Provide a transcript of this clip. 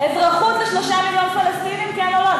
אזרחות ל-3 מיליון פלסטינים, כן או לא?